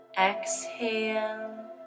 exhale